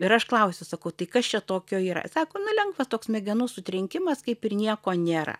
ir aš klausiu sakau tai kas čia tokio yra sako nu lengvas toks smegenų sutrenkimas kaip ir nieko nėra